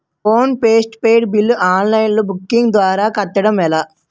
Phone post paid bill online banking ద్వారా కట్టడం ఎలా?